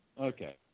Okay